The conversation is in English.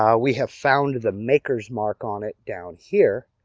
um we have found the maker's mark on it down here.